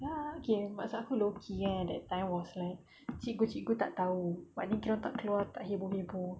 ya okay maksud aku low-key kan that time was like cikgu-cikgu tak tahu part ni tak keluar tak heboh-heboh